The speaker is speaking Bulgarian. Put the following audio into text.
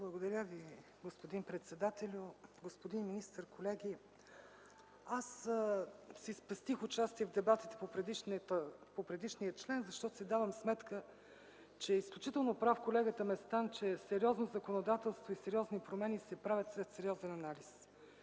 Благодаря Ви, господин председателю. Господин министър, колеги! Аз си спестих участие в дебатите по предишния член, защото си давам сметка, че е изключително прав колегата Местан, че сериозно законодателство и сериозни промени се правят след сериозен анализ.